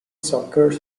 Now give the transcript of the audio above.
soccer